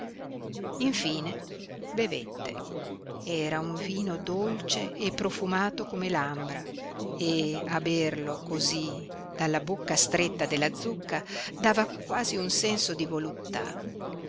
infine bevette era un vino dolce e profumato come l'ambra e a berlo cosí dalla bocca stretta della zucca dava quasi un senso di voluttà